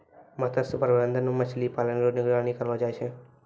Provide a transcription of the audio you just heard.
मत्स्य प्रबंधन मे मछली पालन रो निगरानी करलो जाय छै